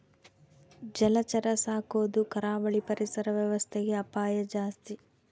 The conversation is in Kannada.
ಜಲಚರ ಸಾಕೊದು ಕರಾವಳಿ ಪರಿಸರ ವ್ಯವಸ್ಥೆಗೆ ಅಪಾಯ ಜಾಸ್ತಿ